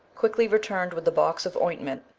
quickly returned with the box of ointment,